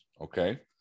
okay